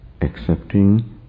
accepting